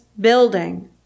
building